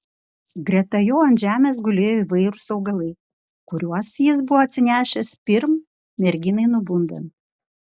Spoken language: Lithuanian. greta jo ant žemės gulėjo įvairūs augalai kuriuos jis buvo atsinešęs pirm merginai nubundant